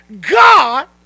God